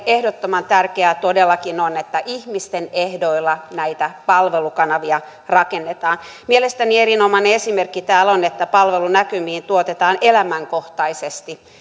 ehdottoman tärkeää todellakin on että ihmisten ehdoilla näitä palvelukanavia rakennetaan mielestäni erinomainen esimerkki täällä on se että palvelunäkymiin tuotetaan elämänkohtaisesti